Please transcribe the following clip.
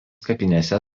kapinėse